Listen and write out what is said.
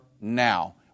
now